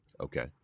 Okay